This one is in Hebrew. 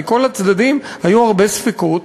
מכל הצדדים היו הרבה ספקות.